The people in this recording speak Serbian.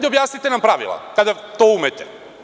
Objasnite nam pravila kada to umete.